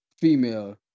female